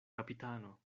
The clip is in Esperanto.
kapitano